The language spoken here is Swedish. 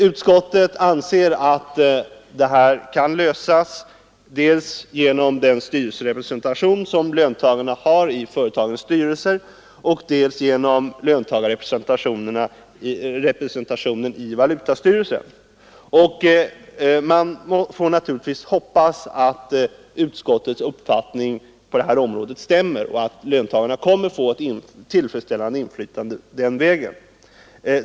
Utskottet anser att problemet kan lösas dels genom den styrelserepresentation som löntagarna har i företagens styrelser, dels genom löntagarrepresentationen i valutastyrelsen. Man får hoppas att utskottets uppfattning på detta område stämmer med verkligheten och att löntagarna kommer att få ett tillfredsställande inflytande den vägen.